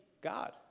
God